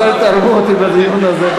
אז אל תהרגו אותי בדיון הזה.